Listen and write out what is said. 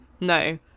No